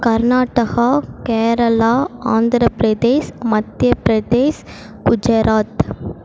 Karnataka Kerala Andhra Pradesh Madhya Pradesh Gujarat